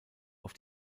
auf